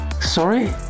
Sorry